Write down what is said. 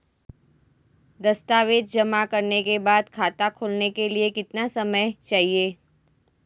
दस्तावेज़ जमा करने के बाद खाता खोलने के लिए कितना समय चाहिए?